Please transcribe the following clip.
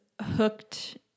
hooked